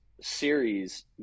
series